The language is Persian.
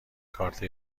کارت